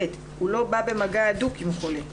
הוא לא בא במגע הדוק עם חולה.